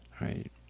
Right